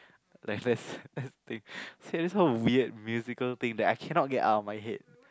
like that's that's the thing this is how weird musical thing that I cannot get out of my head